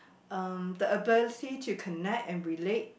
um the ability to connect and relate